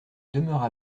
demeura